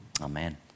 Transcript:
Amen